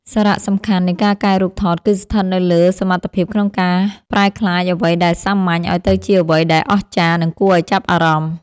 សារៈសំខាន់នៃការកែរូបថតគឺស្ថិតនៅលើសមត្ថភាពក្នុងការប្រែក្លាយអ្វីដែលសាមញ្ញឱ្យទៅជាអ្វីដែលអស្ចារ្យ និងគួរឱ្យចាប់អារម្មណ៍។